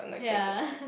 ya